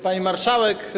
Pani Marszałek!